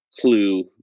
clue